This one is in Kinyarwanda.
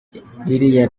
ririya